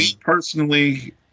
Personally